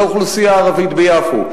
לאוכלוסייה הערבית ביפו.